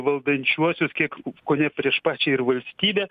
valdančiuosius kiek kone prieš pačią ir valstybę